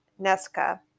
NESCA